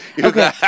Okay